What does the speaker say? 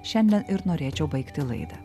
šiandien ir norėčiau baigti laidą